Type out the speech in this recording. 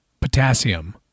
Potassium